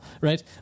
right